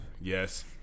Yes